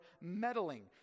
meddling